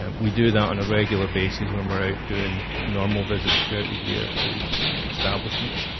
um we do that on a regular basis when we're out doing normal visits throughout the year to establishments,